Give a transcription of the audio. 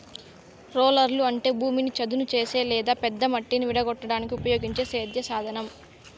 రోలర్లు అంటే భూమిని చదును చేసే లేదా పెద్ద మట్టిని విడగొట్టడానికి ఉపయోగించే సేద్య సాధనం